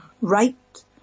right